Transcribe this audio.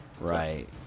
Right